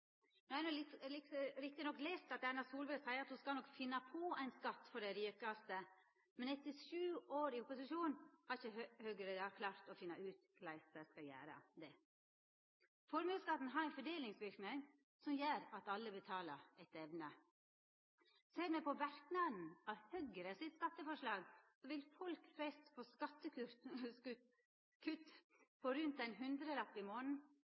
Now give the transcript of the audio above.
No har eg rett nok lese at Erna Solberg seier at ho nok skal finna på ein skatt for dei rikaste – men etter sju år i opposisjon har ikkje Høgre klart å finna ut korleis dei skal gjera det. Formuesskatten har ein fordelingsverknad som gjer at alle betalar etter evne. Ser me på verknaden av Høgre sitt skatteforslag, vil folk flest få skattekutt på rundt ein hundrelapp i